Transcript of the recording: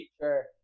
sure